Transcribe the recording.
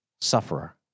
sufferer